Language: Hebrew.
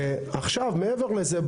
מעבר לזה,